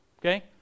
Okay